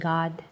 God